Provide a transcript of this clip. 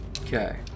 Okay